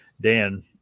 Dan